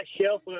shelf